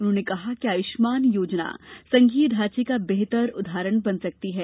उन्होंने कहा कि आयुष्मान योजना संघीय ढांचे का बेहतर उदाहरण बन सकती है